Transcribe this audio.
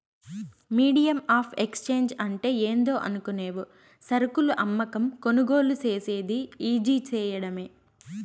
medium of exchange అంటే ఏందో అనుకునేవు సరుకులు అమ్మకం, కొనుగోలు సేసేది ఈజీ సేయడమే